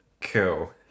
Cool